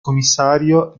commissario